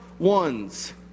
ones